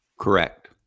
Correct